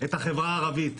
את החברה הערבית.